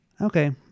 Okay